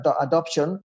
adoption